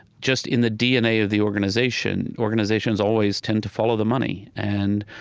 just in the dna of the organization, organizations always tend to follow the money. and